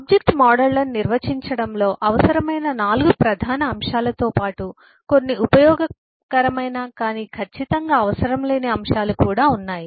object మోడళ్లను నిర్వచించడంలో అవసరమైన 4 ప్రధాన అంశాలతో పాటు కొన్ని ఉపయోగకరమైన కానీ ఖచ్చితంగా అవసరం లేని అంశాలు కూడా ఉన్నాయి